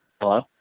Hello